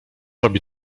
robi